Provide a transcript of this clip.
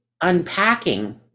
unpacking